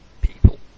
people